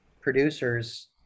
producers